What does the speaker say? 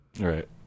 right